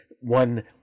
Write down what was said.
one